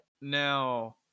Now